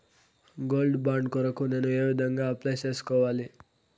Gold bond కొరకు నేను ఏ విధంగా అప్లై సేసుకోవాలి?